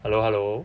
hello hello